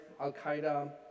Al-Qaeda